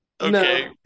Okay